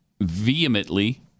vehemently